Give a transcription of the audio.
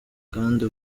kandi